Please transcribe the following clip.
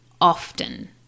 often